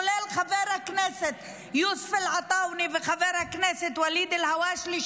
כולל חבר הכנסת יוסף עטאונה וחבר הכנסת ואליד אלהואשלה,